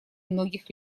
многих